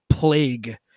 Plague